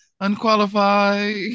Unqualified